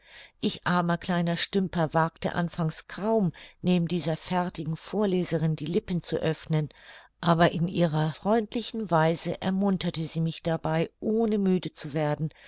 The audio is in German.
ich armer kleiner stümper wagte anfangs kaum neben dieser fertigen vorleserin die lippen zu öffnen aber in ihrer freundlichen weise ermunterte sie mich dabei ohne müde zu werden